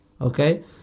okay